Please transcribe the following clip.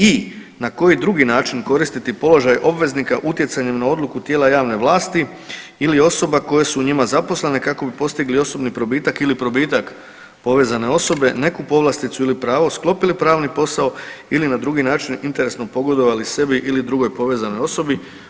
I i) na koji drugi način koristiti položaj obveznika utjecanjem na odluku tijela javne vlasti ili osoba koje su u njima zaposlene kako bi postigli osobni probitak ili probitak povezane osobe, neku povlasticu ili pravo, sklopili pravni posao ili na drugi način interesno pogodovali sebi ili drugoj povezanoj osobi.